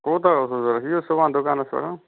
کوتاہ اوس ضروٗرت یِیو صُبَحن دُکانَس پٮ۪ٹھ